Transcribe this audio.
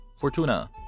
Fortuna